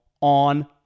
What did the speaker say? on